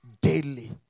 daily